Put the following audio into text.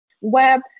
web